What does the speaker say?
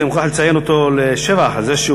שאני מוכרח לציין אותו לשבח על זה שהוא